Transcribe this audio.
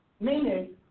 Meaning